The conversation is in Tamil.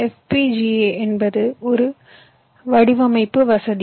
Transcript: FPGA என்பது ஒரு வடிவமைப்பு வசதி